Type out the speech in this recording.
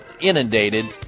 inundated